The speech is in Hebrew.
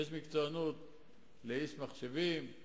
יש מקצוענות לאיש מחשבים,